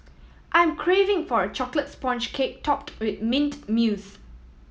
I am craving for a chocolate sponge cake topped with mint mousse